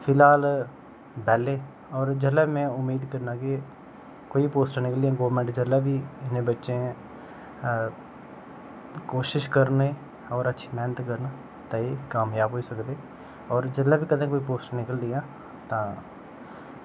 फिलहाल बेह्ले होर जेल्लै में उम्मीद करना कि कोई बी पोस्ट निकली गौरमेंट दी ते बच्चें अ कोशिश करनी होर अच्छी मैह्नत करनी ते तां ई कामजाब होई सकदे होर जेल्लै बी कदें कोई पोस्ट निकलदी ऐ तां